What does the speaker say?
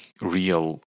real